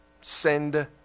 send